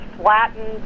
flattened